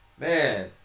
Man